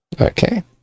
Okay